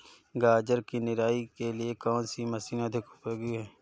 गाजर की निराई के लिए कौन सी मशीन अधिक उपयोगी है?